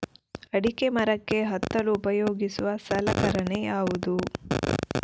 ಅಡಿಕೆ ಮರಕ್ಕೆ ಹತ್ತಲು ಉಪಯೋಗಿಸುವ ಸಲಕರಣೆ ಯಾವುದು?